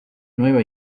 nueva